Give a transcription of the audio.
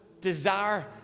desire